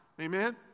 Amen